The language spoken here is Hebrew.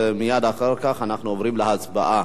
מייד אחר כך נעבור להצבעה.